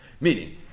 Meaning